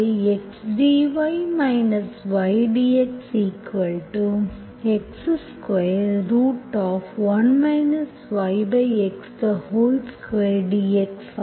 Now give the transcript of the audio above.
x dy y dxx21 yx2 dx ஆகும்